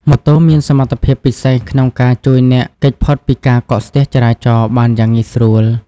ម៉ូតូមានសមត្ថភាពពិសេសក្នុងការជួយអ្នក គេចផុតពីការកកស្ទះចរាចរណ៍ បានយ៉ាងងាយស្រួល។